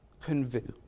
convict